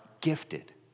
gifted